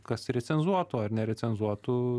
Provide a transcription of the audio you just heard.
kas recenzuotų ar nerecenzuotų